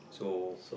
so